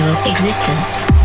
Existence